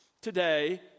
today